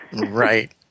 Right